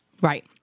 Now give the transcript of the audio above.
Right